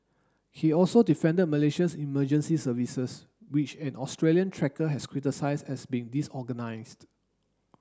he also defended Malaysia's emergency services which an Australian trekker has criticised as being disorganised